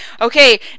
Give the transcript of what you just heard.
okay